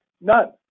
none